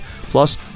plus